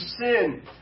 sin